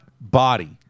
body